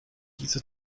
dieser